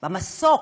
במסוק.